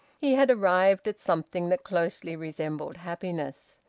he had arrived at something that closely resembled happiness.